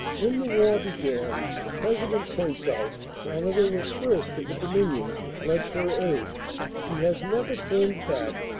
when the war began, the president points out, canada was first of the dominions to pledge her aid she has never turned back,